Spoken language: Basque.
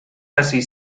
hasi